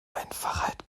einfachheit